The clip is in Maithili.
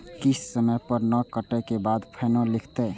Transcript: किस्त समय पर नय कटै के बाद फाइनो लिखते?